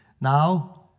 now